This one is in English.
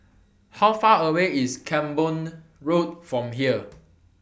How Far away IS Camborne Road from here